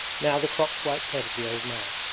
now the cropped white head of the old man.